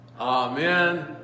Amen